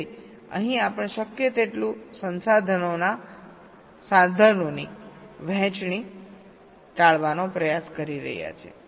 તેથી અહીં આપણે શક્ય તેટલું સંસાધનોની વહેંચણી ટાળવાનો પ્રયાસ કરી રહ્યા છીએ